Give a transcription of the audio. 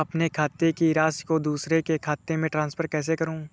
अपने खाते की राशि को दूसरे के खाते में ट्रांसफर कैसे करूँ?